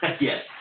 Yes